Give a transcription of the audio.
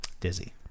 Dizzy